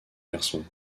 garçon